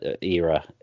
era